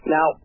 Now